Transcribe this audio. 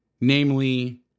Namely